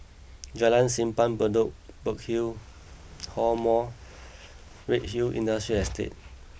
Jalan Simpang Bedok Burkill Hall more Redhill Industrial Estate